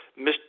mr